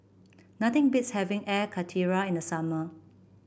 nothing beats having Air Karthira in the summer